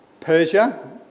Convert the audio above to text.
Persia